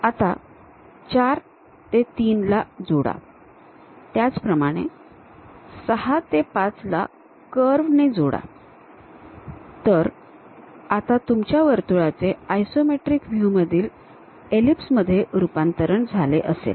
आता 4 ते 3 ला जोडा त्याचप्रमाणे 6 ते 5 ला कर्व ने जोडा तर आता तुमच्या वर्तुळाचे आयसोमेट्रिक व्ह्युमधील एलिप्स मध्ये रूपांतरण झाले असेल